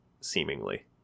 seemingly